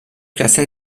classe